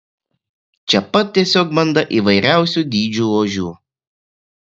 čia pat tiesiog banda įvairiausių dydžių ožių